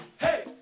hey